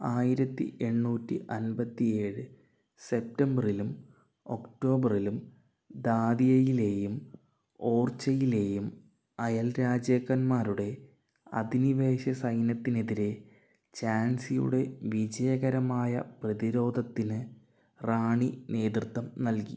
ആയിരത്തി എണ്ണൂറ്റി അൻപത്തിയേഴ് സെപ്റ്റംബറിലും ഒക്ടോബറിലും ദാതിയയിലെയും ഓർച്ചയിലെയും അയൽ രാജാക്കന്മാരുടെ അധിനിവേഷത്തിനെതിരെ ഝാൻസിയുടെ വിജയകരമായ പ്രതിരോധത്തിന് റാണി നേതൃത്വം നൽകി